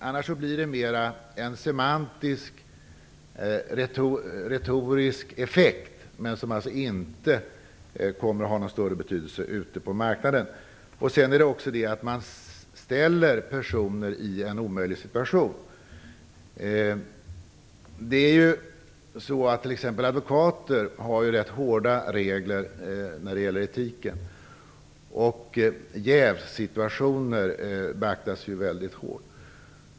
Annars blir det mer en semantisk retorisk effekt som inte kommer att ha någon större betydelse ute på marknaden. Man ställer personer i en omöjlig situation. Exempelvis advokater har rätt hårda regler när det gäller etiken. Jävssituationer beaktas väldigt hårt.